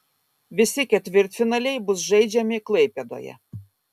visi ketvirtfinaliai bus žaidžiami klaipėdoje